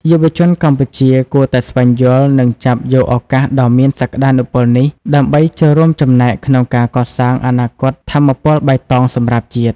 យុវជនកម្ពុជាគួរតែស្វែងយល់ និងចាប់យកឱកាសដ៏មានសក្តានុពលនេះ ដើម្បីចូលរួមចំណែកក្នុងការកសាងអនាគតថាមពលបៃតងសម្រាប់ជាតិ។